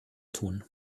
tun